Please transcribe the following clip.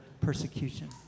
persecution